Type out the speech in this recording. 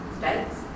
states